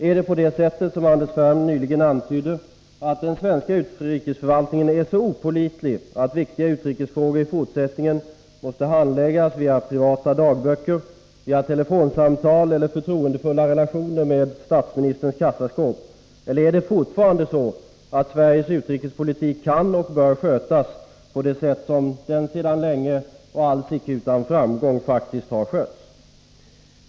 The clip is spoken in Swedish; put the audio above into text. Är det på det sättet — som Anders Ferm nyligen antydde — att den svenska utrikesförvaltningen är så opålitlig att viktiga utrikesfrågor i fortsättningen måste handläggas via privata dagböcker, telefonsamtal eller förtroendefulla relationer med statsministerns kassaskåp, eller är det fortfarande så att Sveriges utrikespolitik kan och bör skötas på det sätt som den sedan länge och alls icke utan framgång faktiskt har skötts?